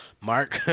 Mark